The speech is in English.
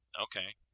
Okay